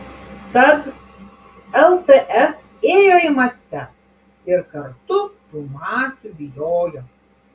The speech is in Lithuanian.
tad lts ėjo į mases ir kartu tų masių bijojo